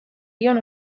dion